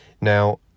Now